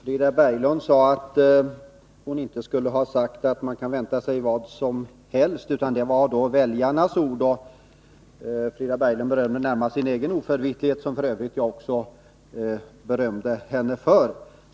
Herr talman! Frida Berglund sade att hon inte skulle ha sagt att man kan vänta sig vad som helst, utan att det var väljarnas ord. Frida Berglund berömmer närmast sin egen oförvitlighet, som jag f. ö. också berömde henne för.